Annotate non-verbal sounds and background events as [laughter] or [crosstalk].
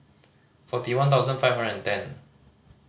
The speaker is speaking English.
forty one thousand five [unintelligible] and ten